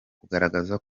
kugaragaza